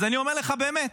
אז אני אומר לך באמת: